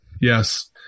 Yes